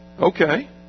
Okay